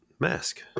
Mask